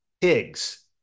pigs